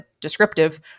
descriptive